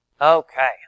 Okay